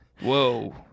Whoa